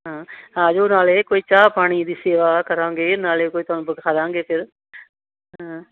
ਹਾਂ ਆਜੋ ਨਾਲੇ ਕੋਈ ਚਾਹ ਪਾਣੀ ਦੀ ਸੇਵਾ ਕਰਾਂਗੇ ਨਾਲੇ ਕੋਈ ਤੁਹਾਨੂੰ ਵਿਖਾ ਦਾਂਗੇ ਫਿਰ ਹਾਂ